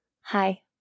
hi